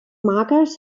markers